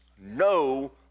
no